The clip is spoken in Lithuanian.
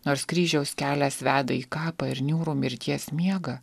nors kryžiaus kelias veda į kapą ir niūrų mirties miegą